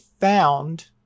found